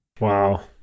Wow